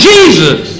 Jesus